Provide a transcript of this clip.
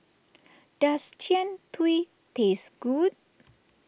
does Jian Dui taste good